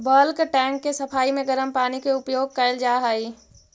bulk tank के सफाई में गरम पानी के उपयोग कैल जा हई